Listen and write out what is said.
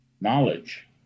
knowledge